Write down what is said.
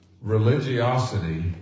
religiosity